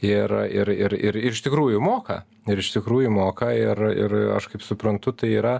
ir ir ir ir iš tikrųjų moka ir iš tikrųjų moka ir ir aš kaip suprantu tai yra